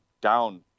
down